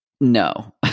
no